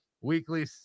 weekly